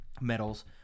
Medals